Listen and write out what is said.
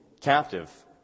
captive